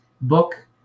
book